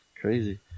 Crazy